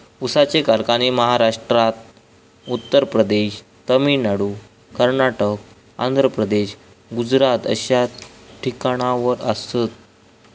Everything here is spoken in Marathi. ऊसाचे कारखाने महाराष्ट्र, उत्तर प्रदेश, तामिळनाडू, कर्नाटक, आंध्र प्रदेश, गुजरात अश्या ठिकाणावर आसात